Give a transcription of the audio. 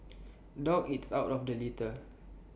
dog eats out of the litter